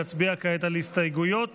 נצביע כעת על הסתייגויות